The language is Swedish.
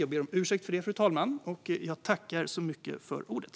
Jag ber om ursäkt för det, fru talman. Jag tackar så mycket för ordet.